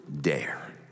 dare